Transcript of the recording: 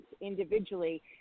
individually